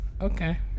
Okay